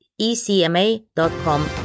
ecma.com